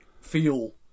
feel